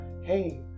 Hey